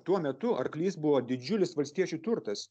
tuo metu arklys buvo didžiulis valstiečių turtas